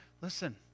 Listen